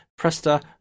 Presta